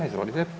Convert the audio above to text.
Izvolite.